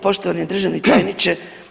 Poštovani državni tajniče.